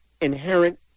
inherent